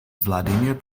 vladimir